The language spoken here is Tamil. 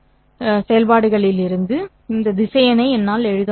இந்த 2 அடிப்படை செயல்பாடுகளிலிருந்து இந்த திசையனை என்னால் எழுத முடியும்